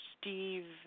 Steve